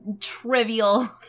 trivial